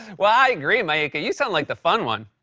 well, i agree, maika. you sound like the fun one.